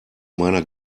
meiner